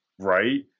Right